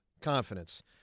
confidence